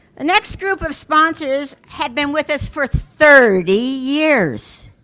next group of sponsors have been with us for thirty years,